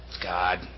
God